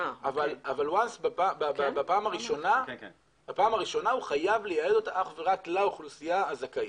אבל בפעם הראשונה הוא חייב לייעד אותה אך ורק לאוכלוסייה הזכאית.